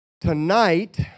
tonight